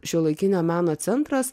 šiuolaikinio meno centras